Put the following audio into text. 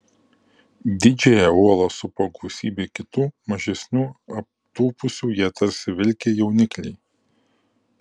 didžiąją uolą supo gausybė kitų mažesnių aptūpusių ją tarsi vilkę jaunikliai